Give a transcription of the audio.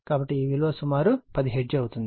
కాబట్టి ఈ విలువ సుమారు 10 హెర్ట్జ్ అవుతుంది